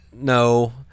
no